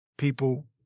People